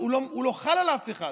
הוא לא חל על אף אחד?